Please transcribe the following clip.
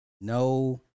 no